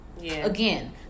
again